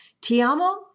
Tiamo